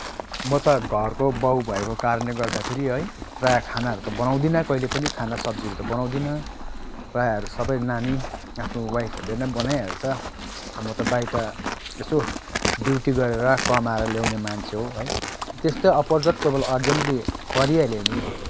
म त घरको बाउ भएको कारणले गर्दाखेरि है प्राय खानाहरू त बनाउँदिनँ कहिल्यै पनि खाना सब्जीहरू त बनाउँदिनँ प्रायहरू सबै नानी आफ्नो वाइफहरूले नै बनाइहाल्छ अब म त बाहिरबाट यसो ड्युटी गरेर कमाएर ल्याउने मान्छे हो है त्यस्तै अपर्झट कोहीबेला अर्जेन्टली परिहाल्यो भने